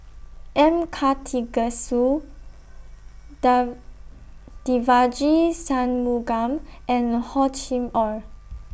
M Karthigesu Dai Devagi Sanmugam and Hor Chim Or